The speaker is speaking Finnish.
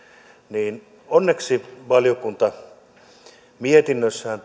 niin onneksi valiokunta mietinnössään